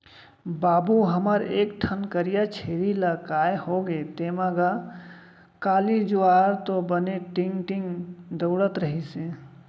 बाबू हमर एक ठन करिया छेरी ला काय होगे तेंमा गा, काली जुवार तो बने टींग टींग दउड़त रिहिस हे